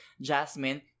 Jasmine